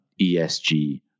ESG